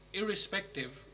irrespective